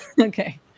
Okay